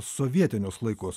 sovietinius laikus